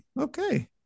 Okay